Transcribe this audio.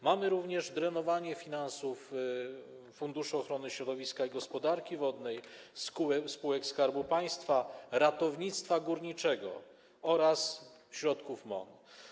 Mamy również drenowanie finansów funduszu ochrony środowiska i gospodarki wodnej, spółek Skarbu Państwa, ratownictwa górniczego oraz środków MON.